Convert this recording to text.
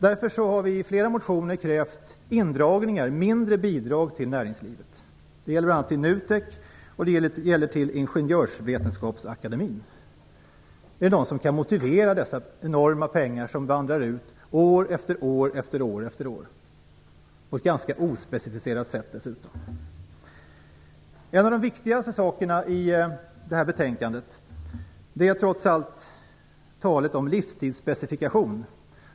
Därför har vi i flera motioner krävt indragningar av bidrag till näringslivet. Det gäller NUTEK och Ingenjörsvetenskapsakademien. Är det någon som kan motivera dessa enorma bidrag som vandrar ut till näringslivet år efter år, dessutom på ett ganska ospecificerat sätt? En av de viktigast sakerna i betänkandet är trots allt talet om livstidsspecifikation.